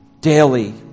daily